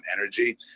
energy